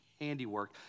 handiwork